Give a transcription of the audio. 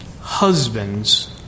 Husbands